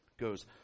goes